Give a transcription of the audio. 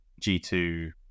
g2